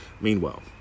Meanwhile